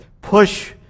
push